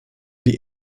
die